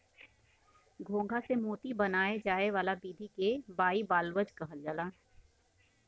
घोंघा से मोती बनाये जाए वाला विधि के बाइवाल्वज कहल जाला